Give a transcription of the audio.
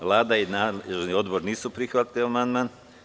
Vlada i nadležni odbor nisu prihvatili amandman.